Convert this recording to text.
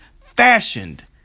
fashioned